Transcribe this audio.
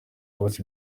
yabuze